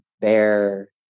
bear